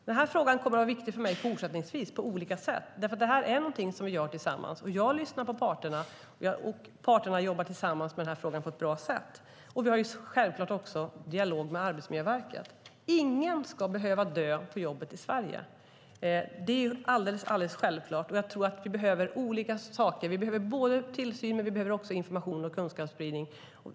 Den här frågan kommer att vara viktig för mig fortsättningsvis på olika sätt, för detta är något som vi gör tillsammans. Jag lyssnar på parterna, och parterna jobbar tillsammans med den här frågan på ett bra sätt. Vi har självklart också dialog med Arbetsmiljöverket. Ingen ska behöva dö på jobbet i Sverige. Det är självklart, och jag tror att vi behöver olika saker. Vi behöver tillsyn, och vi behöver också information och kunskapsspridning.